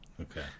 Okay